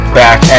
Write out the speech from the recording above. back